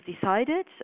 decided